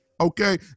Okay